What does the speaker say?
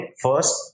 first